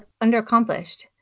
underaccomplished